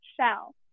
shell